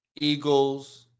Eagles